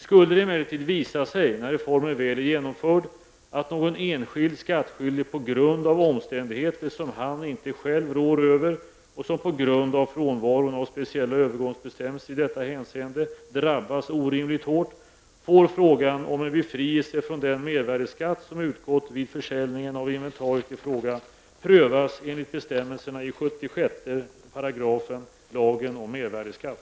Skulle det emellertid visa sig, när reformen väl är genomförd, att någon enskild skattskyldig på grund av omständigheter som han inte själv rår över och som på grund av frånvaron av speciella övergångsbestämmelser i detta hänseende drabbas orimligt hårt, får frågan om en befrielse från den mervärdeskatt som utgått vid försäljningen av inventariet i fråga prövas enligt bestämmelserna i 76 § lagen om mervärdeskatt.